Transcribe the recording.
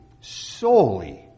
solely